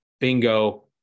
Bingo